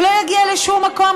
הוא לא יגיע לשום מקום,